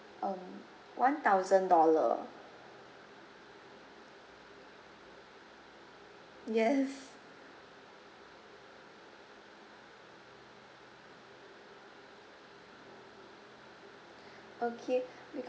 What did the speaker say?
um one thousand dollar yes okay